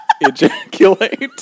ejaculate